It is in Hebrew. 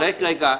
דב,